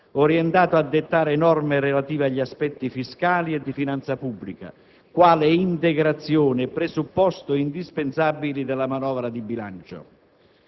orientato a dettare norme relative agli aspetti fiscali e di finanza pubblica, quale integrazione e presupposto indispensabili della manovra di bilancio.